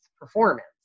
performance